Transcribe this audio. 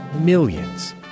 millions